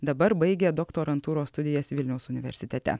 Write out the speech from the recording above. dabar baigia doktorantūros studijas vilniaus universitete